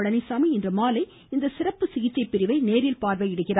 பழனிச்சாமி இன்றுமாலை இந்த சிறப்பு சிகிச்சை பிரிவை நேரில் பார்வையிடுகிறார்